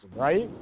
right